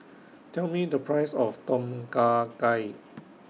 Tell Me The Price of Tom Kha Gai